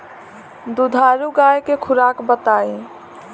दुधारू गाय के खुराक बताई?